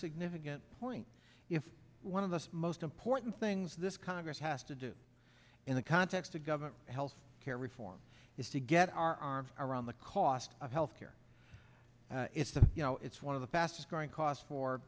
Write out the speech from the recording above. significant point if one of the most important things this congress has to do in the context of government health care reform is to get our arms around the cost of health care it's you know it's one of the fastest growing costs for